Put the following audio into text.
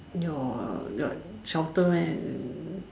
your your shouter man